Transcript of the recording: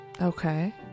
Okay